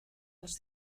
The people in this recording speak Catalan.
els